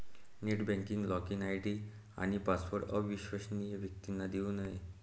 net banking login ID आणि password अविश्वसनीय व्यक्तींना देऊ नये